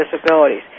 disabilities